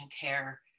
care